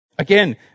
Again